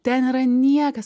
ten yra niekas